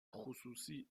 خصوصی